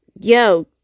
yo